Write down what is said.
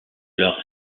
leur